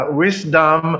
wisdom